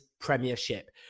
premiership